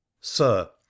Sir